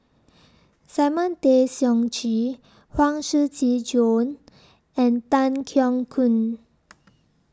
Simon Tay Seong Chee Huang Shiqi Joan and Tan Keong Choon